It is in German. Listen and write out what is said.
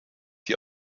die